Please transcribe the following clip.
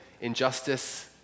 Injustice